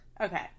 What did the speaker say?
Okay